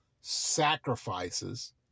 sacrifices